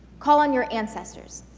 call on your ancestors.